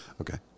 Okay